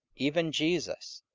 even jesus,